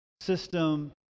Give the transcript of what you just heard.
system